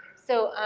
so